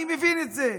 אני מבין את זה.